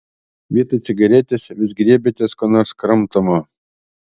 vietoj cigaretės vis griebiatės ko nors kramtomo